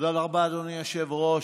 תודה רבה, אדוני היושב-ראש.